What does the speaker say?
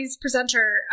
presenter